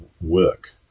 work